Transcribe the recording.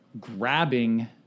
grabbing